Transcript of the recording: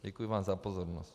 Děkuji vám za pozornost.